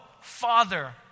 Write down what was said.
Father